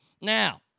Now